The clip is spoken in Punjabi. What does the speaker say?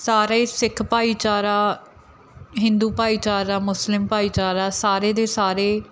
ਸਾਰਾ ਹੀ ਸਿੱਖ ਭਾਈਚਾਰਾ ਹਿੰਦੂ ਭਾਈਚਾਰਾ ਮੁਸਲਿਮ ਭਾਈਚਾਰਾ ਸਾਰੇ ਦੇ ਸਾਰੇ